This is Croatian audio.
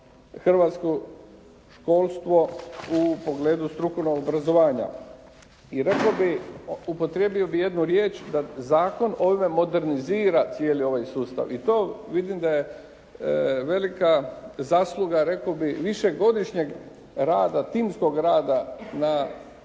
hrvatsko školstvo u pogledu strukovnog obrazovanja. I rekao bih, upotrijebio bih jednu riječ da zakon ovime modernizira cijeli ovaj sustav i to vidim da je velika zasluga rekao bih višegodišnjeg rada, timskog rada na ovome